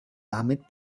damit